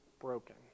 broken